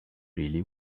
really